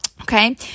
okay